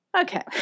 Okay